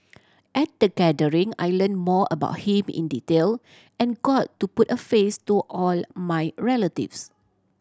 at the gathering I learnt more about him in detail and got to put a face to all my relatives